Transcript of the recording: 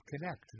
connect